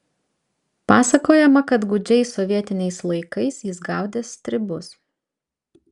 pasakojama kad gūdžiais sovietiniais laikais jis gaudė stribus